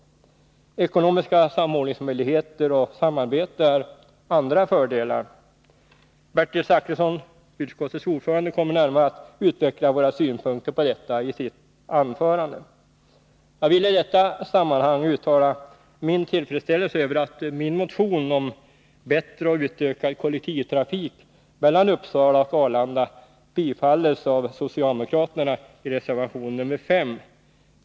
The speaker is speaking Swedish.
Ekonomiska samordningsmöjligheter och samarbete är andra fördelar. Bertil Zachrisson, trafikutskottets ordförande, kommer närmare att utveckla våra synpunkter på detta i sitt anförande. Jag vill i detta sammanhang uttala min tillfredsställelse över att den motion som väckts av bl.a. mig och som handlar om bättre och utökad kollektivtrafik mellan Uppsala och Arlanda biträtts av socialdemokraterna i reservation nr 5.